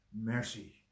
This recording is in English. mercy